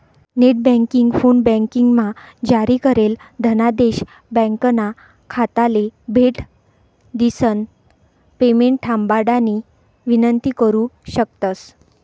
net banking, फोनबँकिंगमा जारी करेल धनादेश ब्यांकना खाताले भेट दिसन पेमेंट थांबाडानी विनंती करु शकतंस